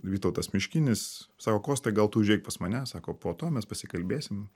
vytautas miškinis sako kostai gal tu užeik pas mane sako po to mes pasikalbėsim